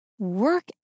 Work